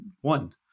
one